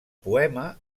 poema